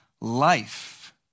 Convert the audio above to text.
life